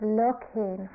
looking